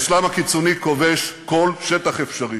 האסלאם הקיצוני כובש כל שטח אפשרי.